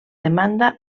demanda